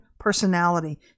Personality